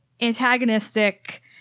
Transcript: antagonistic